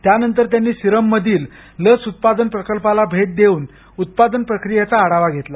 त्यानंतर त्यांनी सिरम मधील लस उत्पादन प्रकल्पाला भेट देऊन उत्पादन प्रक्रियेचा आढावा घेतला